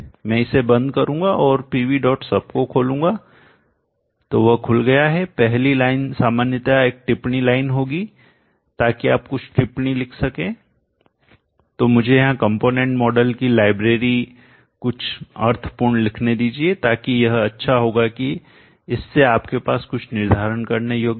मैं इसे बंद करूंगा और pvsub को खोलूंगा तो वह खुल गया है पहली लाइन सामान्यतया एक टिप्पणी लाइन होती है ताकि आप कुछ टिप्पणी लिख सकें तो मुझे यहां कुछ कंपोनेंट मॉडल की लाइब्रेरी कुछ अर्थपूर्ण लिखने दीजिए ताकि यह अच्छा होगा कि इससे आपके पास कुछ निर्धारण करने योग्य हो